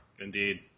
Indeed